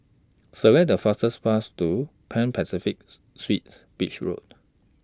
Select The fastest Path to Pan Pacific Suites Beach Road